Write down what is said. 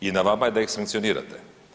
I na vama je da ih sankcionirate.